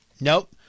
Nope